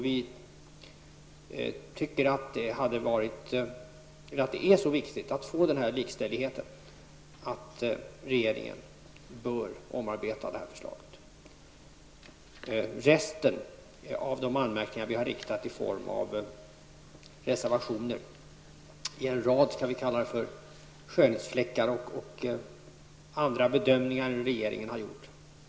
Vi tycker att det är så viktigt att få till stånd den likställigheten att regeringen bör omarbeta förslaget. Resten av de anmärkningar som vi har framfört i form av reservationer gäller en rad skönhetsfläckar och bedömningar som regeringen har gjort.